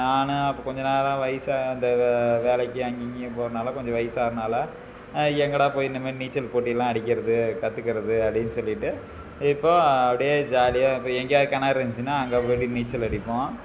நான் அப்போ கொஞ்சம் நேரம் வயதா அந்த வே வேலைக்கு அங்கேயும் இங்கேயும் போகிறனால கொஞ்சம் வயதாகறனால எங்கேடா போய் இனிமேல் நீச்சல் போட்டியெல்லாம் அடிக்கிறது கற்றுக்கறது அப்படின்னு சொல்லிட்டு இப்போது அப்படியே ஜாலியாக இப்போ எங்கேயாவது கிணறு இருந்துச்சுனா அங்கே போய்விட்டு நீச்சல் அடிப்போம்